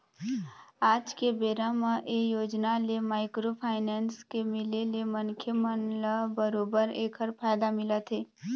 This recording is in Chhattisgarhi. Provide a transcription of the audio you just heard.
आज के बेरा म ये योजना ले माइक्रो फाइनेंस के मिले ले मनखे मन ल बरोबर ऐखर फायदा मिलत हे